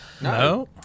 No